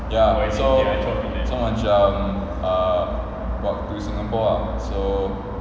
ya so so macam uh waktu singapore ah so